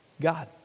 God